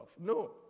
No